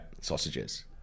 sausages